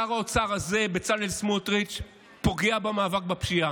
שר האוצר הזה, בצלאל סמוטריץ', פוגע במאבק בפשיעה,